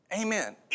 Amen